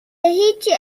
هیچی